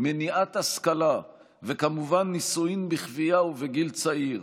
מניעת השכלה וכמובן נישואים בכפייה ובגיל צעיר.